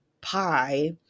pie